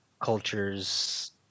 cultures